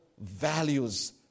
values